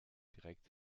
direkt